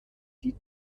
die